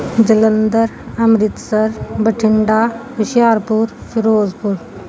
Jalandhar Amritsar Bathinda Hoshiarpur Firozpur